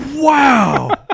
Wow